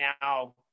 now